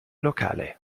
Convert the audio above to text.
locale